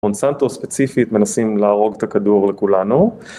מונסנטו ספציפית מנסים להרוג את הכדור לכולנו